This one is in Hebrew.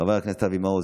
חברת הכנסת דבי ביטון,